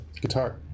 guitar